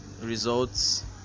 results